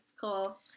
Cool